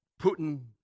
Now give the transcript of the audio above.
Putin